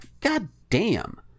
goddamn